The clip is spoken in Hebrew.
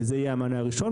וזה יהיה המענה הראשון.